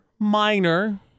Minor